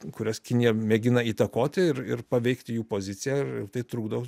kurias kinija mėgina įtakoti ir ir paveikti jų poziciją ir tai trukdo